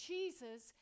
Jesus